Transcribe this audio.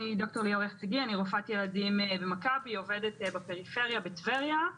אני רופאת ילדים במכבי, עובדת בפריפריה, בטבריה.